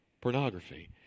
pornography